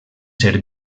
ser